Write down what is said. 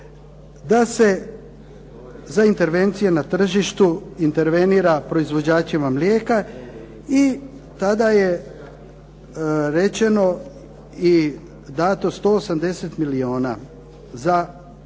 da se za intervencije na tržištu intervenira proizvođačima mlijeka i tada je rečeno i dato 180 milijuna za